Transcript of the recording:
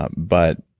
ah but